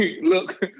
look